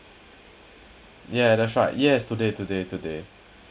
yeah that's right yes today today today